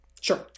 Sure